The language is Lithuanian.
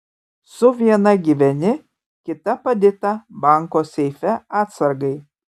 su viena gyveni kita padėta banko seife atsargai